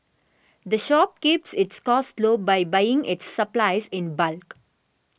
the shop keeps its costs low by buying its supplies in bulk